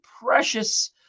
precious